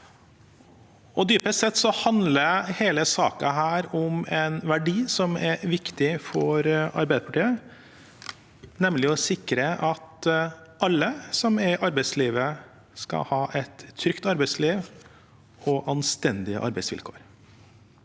Dypest sett handler hele denne saken om en verdi som er viktig for Arbeiderpartiet, nemlig å sikre at alle som er i arbeidslivet, skal ha et trygt arbeidsliv og anstendige arbeidsvilkår.